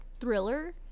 thriller